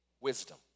wisdom